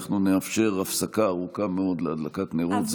אנחנו נאפשר הפסקה ארוכה מאוד להדלקת נרות,